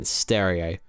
stereo